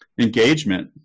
engagement